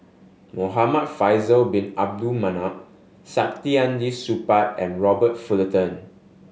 Muhamad Faisal Bin Abdul Manap Saktiandi Supaat and Robert Fullerton